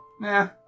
Nah